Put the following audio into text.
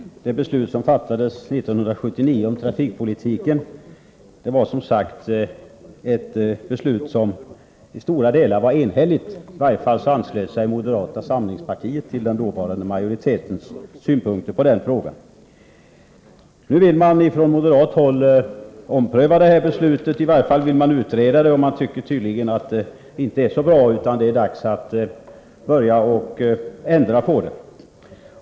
Herr talman! Det beslut som 1979 fattades om trafikpolitiken var i stora delar enhälligt. I varje fall anslöt sig moderata samlingspartiet till den dåvarande majoritetens synpunkter. Nu vill moderaterna ompröva beslutet. De vill i varje fall utreda frågorna. Och de tycker tydligen att förhållandena inte är så bra utan att det är dags att börja göra ändringar.